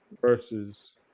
versus